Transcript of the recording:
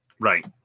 right